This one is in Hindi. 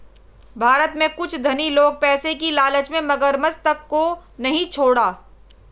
भारत में कुछ धनी लोग पैसे की लालच में मगरमच्छ तक को नहीं छोड़ा